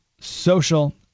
social